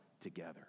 together